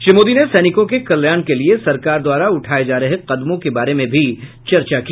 श्री मोदी ने सैनिकों के कल्याण के लिये सरकार द्वारा उठाये जा रहे कदमों के बारे में भी चर्चा की